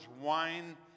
wine